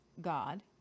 God